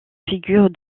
figure